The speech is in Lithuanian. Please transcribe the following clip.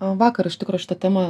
vakar iš tikro šitą temą